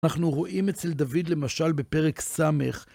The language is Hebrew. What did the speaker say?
אנחנו רואים אצל דוד, למשל, בפרק ס'.